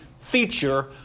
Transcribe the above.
Feature